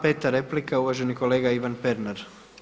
Peta replika uvaženi kolega Ivan Pernar.